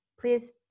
please